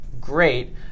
great